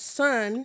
son